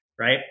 right